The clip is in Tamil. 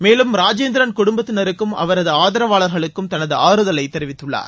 மேலும் ராஜேந்திரன் குடும்பத்தினருக்கும் அவரது ஆதரவாளர்களுக்கு் தனது ஆறுதலை தெரிவித்துள்ளார்